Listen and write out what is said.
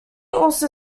also